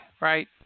Right